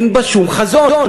אין בה שום חזון.